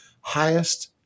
highest